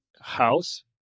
house